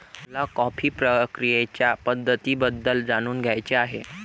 मला कॉफी प्रक्रियेच्या पद्धतींबद्दल जाणून घ्यायचे आहे